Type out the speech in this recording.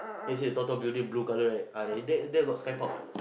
is it Toto building blue colour right ah there there got sky park